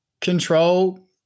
control